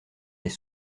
les